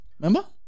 remember